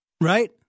Right